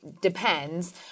depends